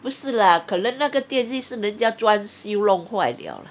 不是 lah 可能那个电梯是人家装修弄坏 liao lah